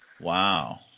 Wow